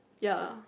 ya